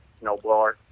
snowblower